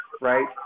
right